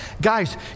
guys